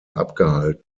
abgehalten